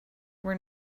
were